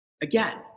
Again